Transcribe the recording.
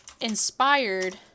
inspired